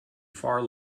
far